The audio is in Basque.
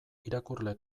irakurle